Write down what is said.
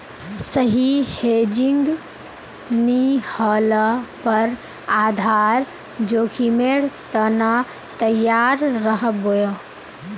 सही हेजिंग नी ह ल पर आधार जोखीमेर त न तैयार रह बो